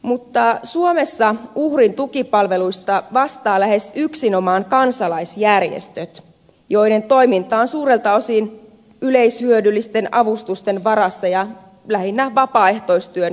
mutta suomessa uhrin tukipalveluista vastaavat lähes yksinomaan kansalaisjärjestöt joiden toiminta on suurelta osin yleishyödyllisten avustusten varassa ja vapaaehtoistyönkin varassa